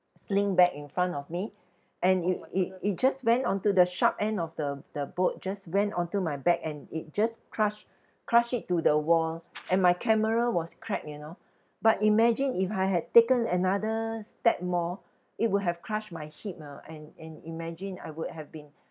sling back in front of me and it it it just went onto the sharp end of the the boat just went onto my back and it just crush crush it to the wall and my camera was cracked you know but imagine if I had taken another step more it would have crushed my hip you know and and imagine I would have been